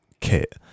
kit